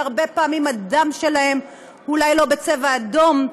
שהרבה פעמים הדם שלהם אולי לא בצבע אדום,